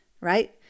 right